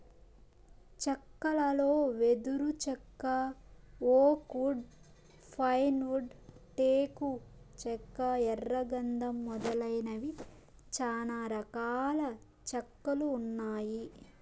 చెక్కలలో వెదురు చెక్క, ఓక్ వుడ్, పైన్ వుడ్, టేకు చెక్క, ఎర్ర గందం మొదలైనవి చానా రకాల చెక్కలు ఉన్నాయి